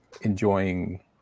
enjoying